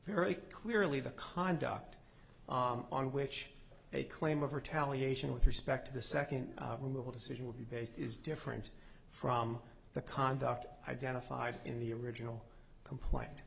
very clearly the conduct on which a claim of retaliation with respect to the second removal decision would be based is different from the conduct identified in the original complaint